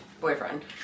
boyfriend